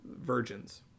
virgins